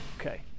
Okay